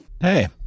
Hey